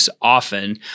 often